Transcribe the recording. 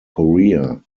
korea